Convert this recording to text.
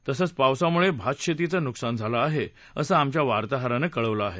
तसंच पावसामुळे भातशेतीच नुकसान झालं आहे असं आमच्या वार्ताहरानं कळवलं आहे